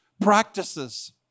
practices